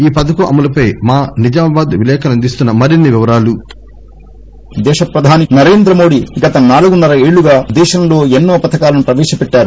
ఈ పథకం అమలుపై మా నిజామాబాద్ విలేకరి అందిస్తున్న మరిన్ని వివరాలు దేశ ప్రధాని నరేంద్రమోది గత నాలుగున్న ర ఏళ్లుగా దేశంలో ఎన్సో పథకాలను ప్రవేశపెట్టారు